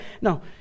No